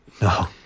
No